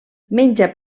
menja